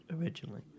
originally